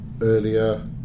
earlier